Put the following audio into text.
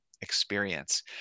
experience